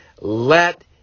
let